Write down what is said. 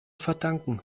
verdanken